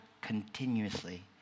continuously